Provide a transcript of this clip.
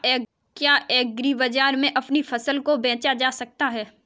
क्या एग्रीबाजार में अपनी फसल को बेचा जा सकता है?